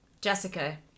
Jessica